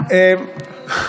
אין קיזוזים.